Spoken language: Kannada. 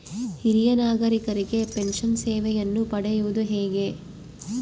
ಹಿರಿಯ ನಾಗರಿಕರಿಗೆ ಪೆನ್ಷನ್ ಸೇವೆಯನ್ನು ಪಡೆಯುವುದು ಹೇಗೆ?